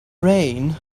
rain